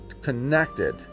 connected